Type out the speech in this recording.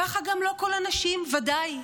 ככה גם לא כל הנשים, ודאי.